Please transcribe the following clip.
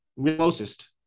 closest